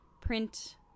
print